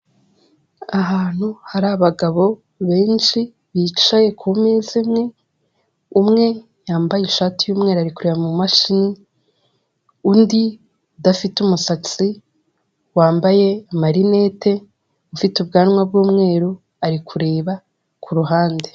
Ahantu hari abagabo benshi bicaye kumeza imwe, umwe yambaye ishati y'umweru ari kureba mumashini, undi udafite umusatsi wambaye amarinete ufite ubwanwa b'umweru ari kureba kuruhande.